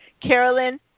Carolyn